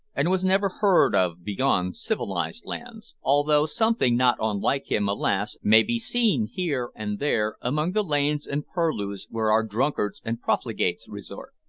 and was never heard of beyond civilised lands although something not unlike him, alas! may be seen here and there among the lanes and purlieus where our drunkards and profligates resort.